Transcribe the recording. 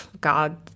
God